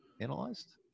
analyzed